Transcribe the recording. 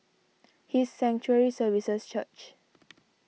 His Sanctuary Services Church